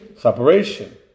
separation